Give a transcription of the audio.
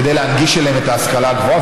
כדי להנגיש להם את ההשכלה הגבוהה.